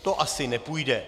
To asi nepůjde.